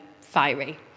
fiery